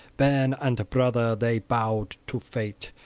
bairn and brother, they bowed to fate,